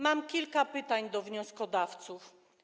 Mam kilka pytań do wnioskodawców.